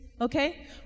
okay